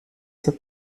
seu